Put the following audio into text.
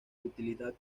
utilidad